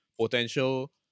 potential